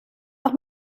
auch